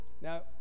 Now